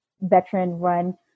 veteran-run